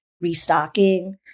restocking